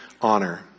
honor